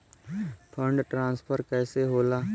Fund transfer कैसे होला?